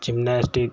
gymnastic